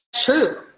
true